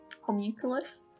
homunculus